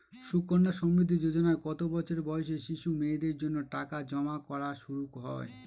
সুকন্যা সমৃদ্ধি যোজনায় কত বছর বয়সী শিশু মেয়েদের জন্য টাকা জমা করা শুরু হয়?